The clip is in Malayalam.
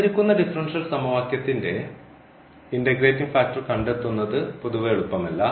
തന്നിരിക്കുന്ന ഡിഫറൻഷ്യൽ സമവാക്യത്തിന്റെ ഇൻറഗ്രേറ്റിംഗ് ഫാക്ടർ കണ്ടെത്തുന്നത് പൊതുവെ എളുപ്പമല്ല